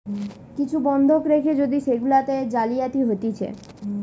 কিছু বন্ধক রেখে যদি সেগুলাতে জালিয়াতি হতিছে